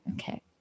Okay